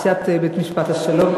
והיא עוסקת בנושאים האלה.